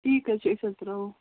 ٹھیٖک حظ چھُ أسۍ حظ ترٛاوَو